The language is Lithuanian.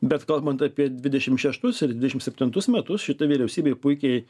bet kalbant apie dvidešimt šeštus ir dvidešimt septintus metus šita vyriausybė puikiai